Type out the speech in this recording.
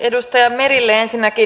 edustaja merelle ensinnäkin